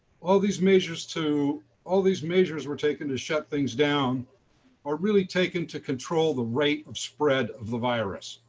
all these measures to all these measures were taken to shut things down are really taken to control the rate of spread of the virus.